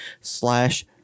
slash